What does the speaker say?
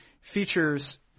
features